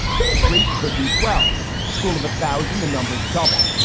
could be three, could be twelve school of a thousand. the number is double.